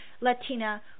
Latina